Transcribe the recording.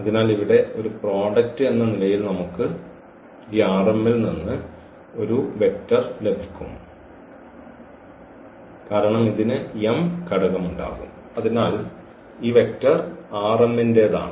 അതിനാൽ ഇവിടെ ഒരു പ്രോഡക്ട് എന്ന നിലയിൽ നമുക്ക് ഈ ൽ നിന്ന് ഒരു വെക്റ്റർ ലഭിക്കും കാരണം ഇതിന് m ഘടകം ഉണ്ടാകും അതിനാൽ ഈ വെക്റ്റർ ന്റെതാണ്